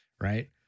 right